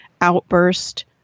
outburst